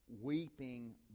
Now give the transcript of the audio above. weeping